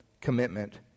commitment